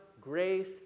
grace